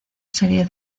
serie